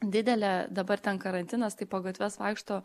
didelė dabar ten karantinas tai po gatves vaikšto